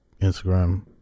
Instagram